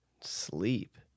sleep